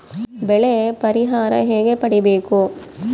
ಬೆಳೆ ಪರಿಹಾರ ಹೇಗೆ ಪಡಿಬೇಕು?